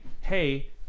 hey